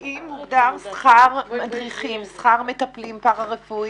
האם הוגדר שכר מדריכים, שכר מטפלים פארא-רפואיים?